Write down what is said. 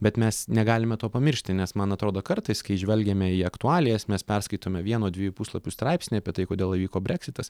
bet mes negalime to pamiršti nes man atrodo kartais kai žvelgiame į aktualijas mes perskaitome vieno dviejų puslapių straipsnį apie tai kodėl įvyko breksitas